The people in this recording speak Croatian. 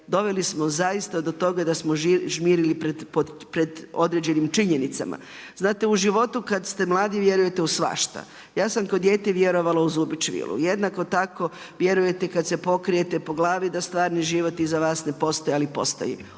doveli smo zaista do toga da smo žmirili pred određenim činjenicama. Znate u životu kad ste mladi vjerujete u svašta. Ja sam kao dijete vjerovala u Zubić vilu. Jednako tako vjerujete kad se pokrijete po glavi da stvarni život iza vas ne postoji, ali postoji.